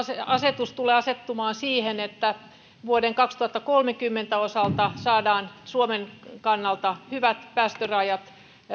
asetus tulee asettumaan niin että vuoden kaksituhattakolmekymmentä osalta saadaan suomen kannalta hyvät päästörajat